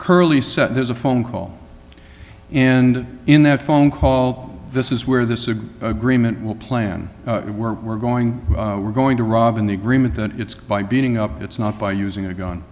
said there's a phone call and in that phone call this is where the agreement will plan it we're we're going we're going to rob in the agreement that it's by beating up it's not by using a gun